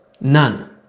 None